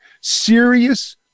serious